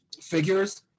figures